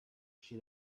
she